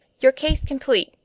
your case complete!